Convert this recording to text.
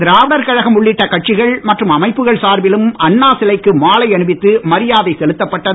திராவிடர் கழகம் உள்ளிட்ட கட்சிகள் மற்றும் அமைப்புகள் சார்பிலும் அண்ணா சிலைக்கு மாலை அணிவித்து மரியாதை செலுத்தப்பட்டது